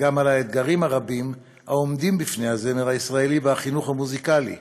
גם על האתגרים הרבים העומדים בפני הזמר הישראלי והחינוך המוזיקלי.